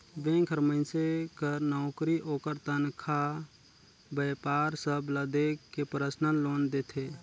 bank हर मइनसे कर नउकरी, ओकर तनखा, बयपार सब ल देख के परसनल लोन देथे